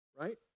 right